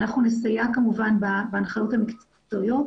אנחנו נסייע כמובן בהנחיות המקצועיות,